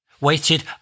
waited